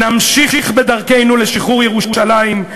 נמשיך בדרכנו לשחרור ירושלים.